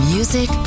Music